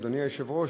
אדוני היושב-ראש,